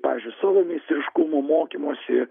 pavyzdžiui savo meistriškumo mokymosi